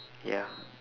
ya